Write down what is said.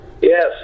Yes